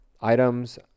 items